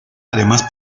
además